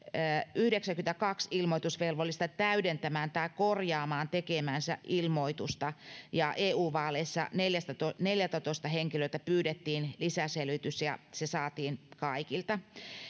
yhdeksääkymmentäkahta ilmoitusvelvollista täydentämään tai korjaamaan tekemäänsä ilmoitusta ja eu vaaleissa neljältätoista neljältätoista henkilöltä pyydettiin lisäselvitys ja se saatiin kaikilta